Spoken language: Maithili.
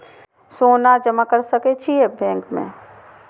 सोना जमा कर सके छी बैंक में?